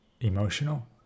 emotional